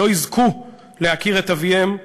שלא יזכה להכיר את אביו.